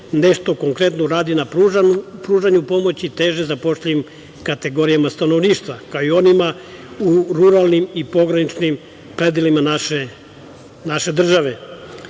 nešto konkretno uradi na pružanju pomoći teže zapošljivim kategorijama stanovništva, kao i onima u ruralnim i pograničnim krajevima naše države. Inače,